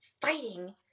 fighting